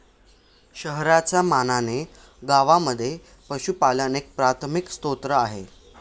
शहरांच्या मानाने गावांमध्ये पशुपालन एक प्राथमिक स्त्रोत आहे